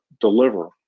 deliver